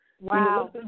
Wow